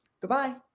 Goodbye